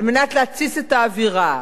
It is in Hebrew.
על מנת להתסיס את האווירה.